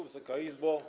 Wysoka Izbo!